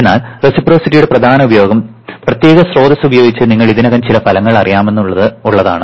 എന്നാൽ റെസിപ്രൊസിറ്റിയുടെ പ്രധാന ഉപയോഗം പ്രത്യേക സ്രോതസ്സ് ഉപയോഗിച്ച് നിങ്ങൾക്ക് ഇതിനകം ചില ഫലങ്ങൾ അറിയാമെന്ന് ഉള്ളതാണ്